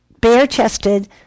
bare-chested